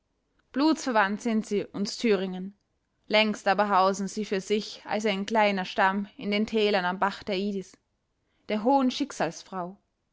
blutsverwandt sind sie uns thüringen längst aber hausen sie für sich als ein kleiner stamm in den tälern am bach der idis der hohen schicksalsfrau